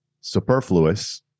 superfluous